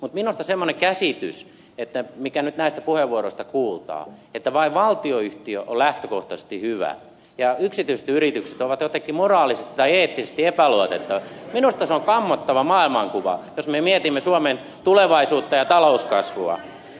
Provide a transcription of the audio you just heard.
mutta minusta semmoinen käsitys mikä nyt näistä puheenvuoroista kuultaa että vain valtionyhtiö on lähtökohtaisesti hyvä ja yksityiset yritykset ovat jotenkin moraalisesti tai eettisesti epäluotettavia on kammottava maailmankuva jos me mietimme suomen tulevaisuutta ja talouskasvua